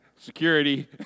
Security